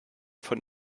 von